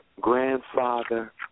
grandfather